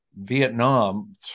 Vietnam